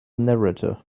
narrator